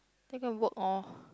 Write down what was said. then can work or